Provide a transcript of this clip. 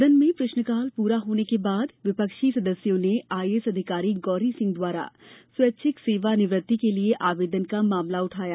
सदन में प्रश्नकाल पूरा होने के बाद विपक्षी सदस्यों ने आईएस अधिकारी गौरी सिंह द्वारा स्वैच्छिक सेवा निवृत्त के लिए आवेदन का मामला उठाया